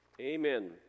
Amen